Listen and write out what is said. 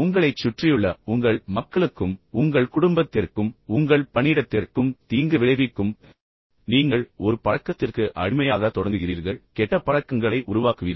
உங்களைச் சுற்றியுள்ள உங்கள் மக்களுக்கும் உங்கள் குடும்பத்திற்கும் உங்கள் பணியிடத்திற்கும் தீங்கு விளைவிக்கும் பின்னர் நீங்கள் ஒரு பழக்கத்திற்கு அடிமையாக தொடங்குகிறீர்கள் பின்னர் நீங்கள் நிறைய கெட்ட பழக்கங்களை உருவாக்குவீர்கள்